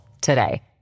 today